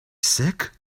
sick